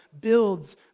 builds